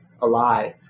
alive